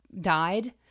died